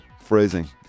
Phrasing